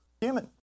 human